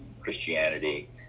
Christianity